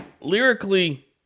lyrically